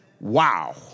Wow